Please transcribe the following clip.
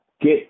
get